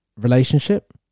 relationship